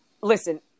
listen